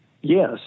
Yes